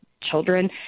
children